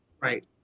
Right